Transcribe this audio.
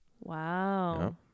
Wow